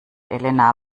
elena